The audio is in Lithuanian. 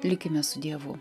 likime su dievu